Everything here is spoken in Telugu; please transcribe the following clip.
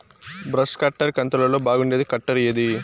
బ్రష్ కట్టర్ కంతులలో బాగుండేది కట్టర్ ఏది?